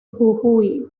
jujuy